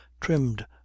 trimmed